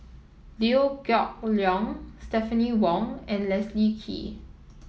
Liew Geok Leong Stephanie Wong and Leslie Kee